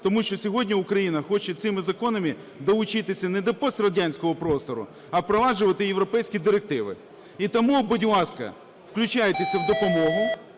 Тому що сьогодні Україна хоче цими законами долучитися не до пострадянського простору, а впроваджувати європейські директиви. І тому, будь ласка, включайтеся в допомогу.